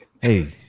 hey